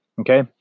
okay